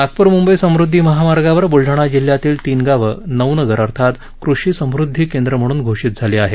नागपूर मुंबई समुदधी महामार्गावर ब्लडाणा जिल्ह्यातली तीन गावं नवनगर अर्थात कषि समृद्धी केंद्र म्हणून घोषित झाली आहेत